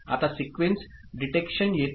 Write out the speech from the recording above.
आता sequence detection येते